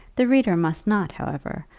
the reader must not, however,